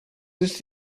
this